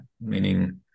meaning